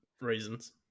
reasons